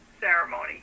ceremony